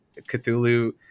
Cthulhu